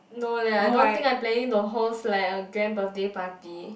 no leh I don't think I planning to host like a grand birthday party